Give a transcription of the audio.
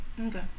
okay